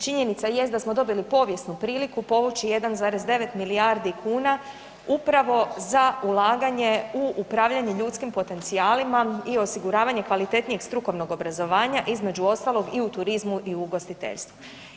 Činjenica jest da smo dobili povijesnu priliku povući 1,9 milijardi kuna upravo za ulaganje u upravljanje ljudskim potencijalima i osiguravanje kvalitetnijeg strukovnog obrazovanja između ostalog i u turizmu i u ugostiteljstvu.